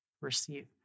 receive